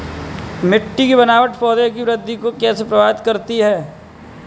मिट्टी की बनावट पौधों की वृद्धि को कैसे प्रभावित करती है?